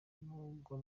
n’ubwo